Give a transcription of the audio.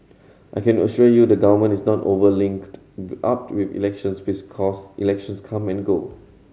I can assure you the government is not over linked up to elections elections come and go